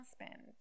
husband